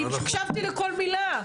אני הקשבתי לכל מילה,